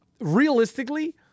realistically